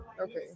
Okay